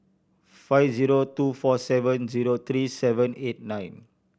five zero two four seven zero three seven eight nine